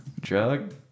drug